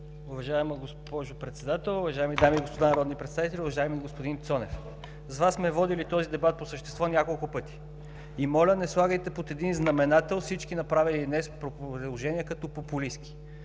Уважаема госпожо Председател, уважаеми дами и господа народни представители! Уважаеми господин Цонев, с Вас сме водили този дебат по същество няколко пъти. И моля, не слагайте под един знаменател всички направени днес предложения като популистки.